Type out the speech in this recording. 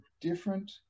different